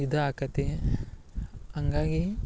ಇದಾಕತ್ತಿ ಹಂಗಾಗಿ